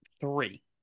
three